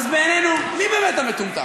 אז בינינו, מי באמת המטומטם?